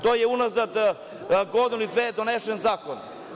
To je unazad godinu ili dve donesen zakon.